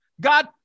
God